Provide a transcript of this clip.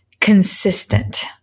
consistent